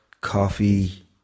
coffee